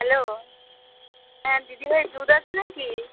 hello হ্যাঁ দিদিভাই দুধ আছে না কি